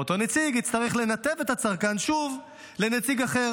ואותו נציג יצטרך לנתב את הצרכן שוב לנציג אחר